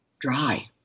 dry